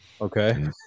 okay